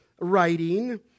writing